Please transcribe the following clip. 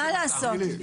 מה לעשות.